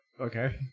Okay